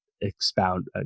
expound